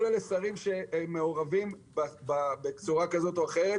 כל אלה שרים שמעורבים שצורה כזאת או אחרת,